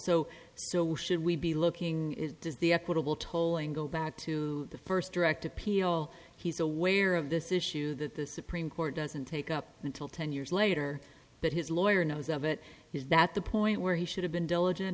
appeal so so should we be looking at is the equitable tolling go back to the first direct appeal he's aware of this issue that the supreme court doesn't take up until ten years later that his lawyer knows of it is that the point where he should have been diligent